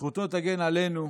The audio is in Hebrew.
זכותו תגן עלינו.